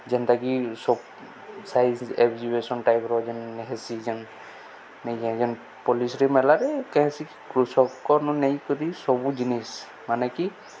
ଯେନ୍ତାକି ସବ science exhibition ଟାଇପ୍ର ଯେନ୍ ହେସି ଯେନ୍ ନେଇ କେଁ ଯେନ୍ ପଲ୍ଲୀଶ୍ରୀ ମେଲାରେ କେଁ ହେସି କୃଷକନୁ ନେଇକରି ସବୁ ଜିନିଷ୍ ମାନେକି